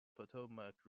potomac